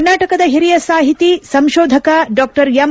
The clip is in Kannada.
ಕರ್ನಾಟಕದ ಹಿರಿಯ ಸಾಹಿತಿ ಸಂಶೋಧಕ ಡಾ ಎಂ